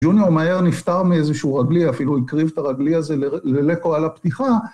ג'וניאר מהר נפטר מאיזשהו רגלי, אפילו הקריב את הרגלי הזה ללקו על הפתיחה.